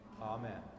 amen